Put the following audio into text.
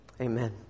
Amen